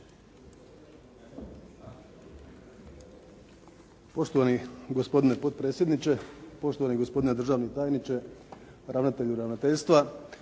Poštovani gospodine potpredsjedniče, poštovani gospodine državni tajniče, ravnatelju ravnateljstva,